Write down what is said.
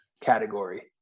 category